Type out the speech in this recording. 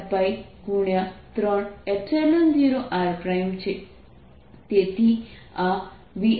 જે Vr4πρR34π×30r છે